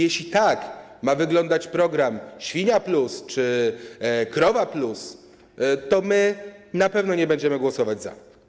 Jeśli tak mają wyglądać programy świnia plus czy krowa plus, to my na pewno nie będziemy głosować za.